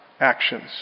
actions